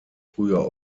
früher